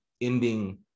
ending